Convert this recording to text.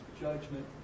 judgment